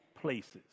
places